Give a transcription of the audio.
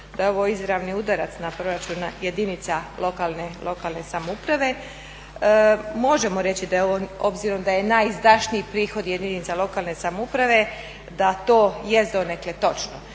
da je ovo izravni udarac na proračun jedinica lokalne samouprave. Možemo reći da je ovo obzirom da je najizadšnjiji prihod jedinica lokalne samouprave da to jest donekle točno.